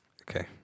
Okay